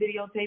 videotape